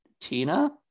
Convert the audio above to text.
Tina